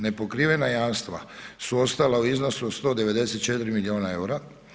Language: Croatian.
Nepokrivena jamstva, su ostala u iznosu od 194 milijuna eura.